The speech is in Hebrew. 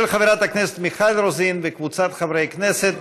של חברת הכנסת מיכל רוזין וקבוצת חברי כנסת.